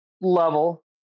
level